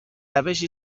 روشی